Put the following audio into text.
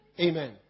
Amen